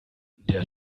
der